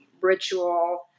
ritual